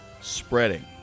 spreading